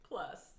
Plus